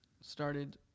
started